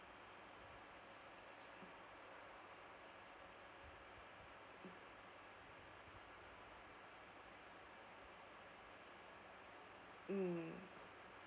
mm